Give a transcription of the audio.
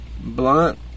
Blunt